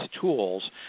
tools